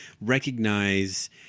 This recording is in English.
recognize